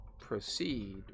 proceed